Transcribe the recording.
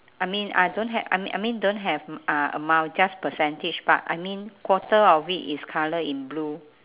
I mean I don't have I mean I mean don't have m~ uh amount just percentage part I mean quarter of it is colour in blue